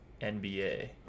NBA